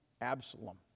Absalom